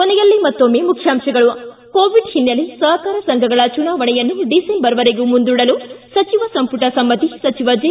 ಕೊನೆಯಲ್ಲಿ ಮತ್ತೊಮ್ಮೆ ಮುಖ್ಯಾಂಶಗಳು ಿ ಕೋವಿಡ್ ಹಿನ್ನೆಲೆ ಸಹಕಾರ ಸಂಘಗಳ ಚುನಾವಣೆಯನ್ನು ಡಿಸೆಂಬರ್ವರೆಗೂ ಮುಂದೂಡಲು ಸಚಿವ ಸಂಪುಟ ಸಮ್ನತಿ ಸಚಿವ ಜೆ